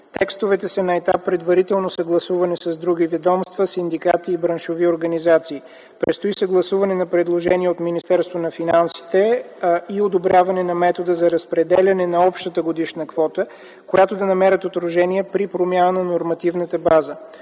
Текстовете са на етап предварително съгласуване с други ведомства, синдикати и браншови организации. Предстои съгласуване на предложенията от Министерството на финансите и одобряване на метода за разпределяне на общата годишна квота, които да намерят отражение при промяна на нормативната база.